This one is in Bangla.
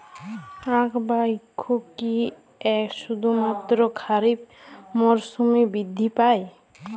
আখ বা ইক্ষু কি শুধুমাত্র খারিফ মরসুমেই বৃদ্ধি পায়?